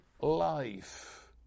life